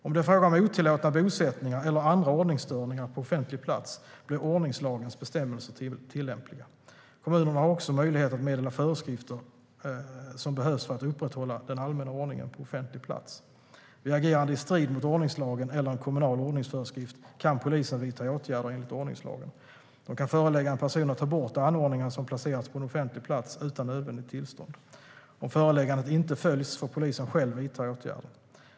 Om det är fråga om otillåtna bosättningar eller andra ordningsstörningar på offentlig plats blir ordningslagens bestämmelser tillämpliga. Kommunerna har också möjlighet att meddela föreskrifter som behövs för att upprätthålla den allmänna ordningen på offentlig plats. Vid agerande i strid mot ordningslagen eller en kommunal ordningsföreskrift kan polisen vidta åtgärder enligt ordningslagen. De kan förelägga en person att ta bort anordningar som placerats på en offentlig plats utan nödvändigt tillstånd. Om föreläggandet inte följs får polisen själv vidta åtgärder.